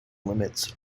limits